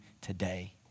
today